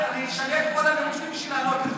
אשנה את כל הנאום שלי כדי לענות לך.